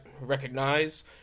recognize